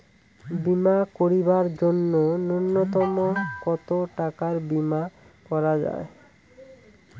বীমা করিবার জন্য নূন্যতম কতো টাকার বীমা করা যায়?